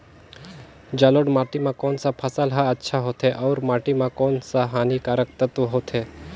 जलोढ़ माटी मां कोन सा फसल ह अच्छा होथे अउर माटी म कोन कोन स हानिकारक तत्व होथे?